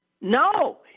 No